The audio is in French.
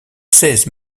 seize